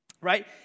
right